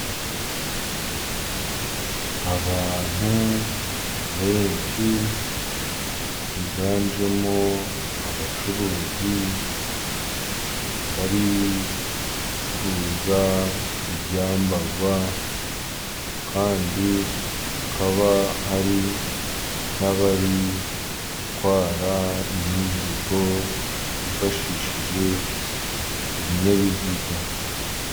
Abantu benshi biganjemo abacuruzi bari gucuruza ibyambarwa, kandi hakaba hari n'abari gutwara imizigo bifashishije ibinyabiziga.